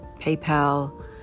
PayPal